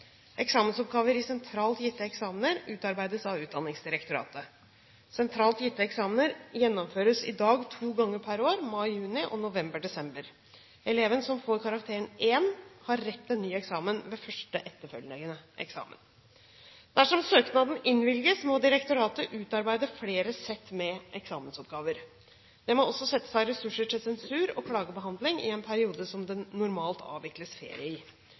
Eksamensoppgaver i sentralt gitte eksamener utarbeides av Utdanningsdirektoratet. Sentralt gitte eksamener gjennomføres i dag to ganger per år, i mai–juni og i november–desember. Eleven som får karakteren 1, har rett til ny eksamen ved første etterfølgende eksamen. Dersom søknaden innvilges, må direktoratet utarbeide flere sett med eksamensoppgaver. Det må også settes av ressurser til sensur og klagebehandling i en periode som det normalt avvikles ferie i.